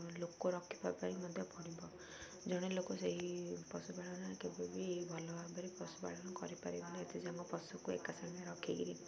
ଲୋକ ରଖିବା ପାଇଁ ମଧ୍ୟ ପଡ଼ିବ ଜଣେ ଲୋକ ସେହି ପଶୁପାଳନ କେବେ ବି ଭଲ ଭାବରେ ପଶୁପାଳନ କରିପାରିବ ନା ଏଥି ଆମ ପଶୁକୁ ଏକା ସାଙ୍ଗରେ ରଖିକିରି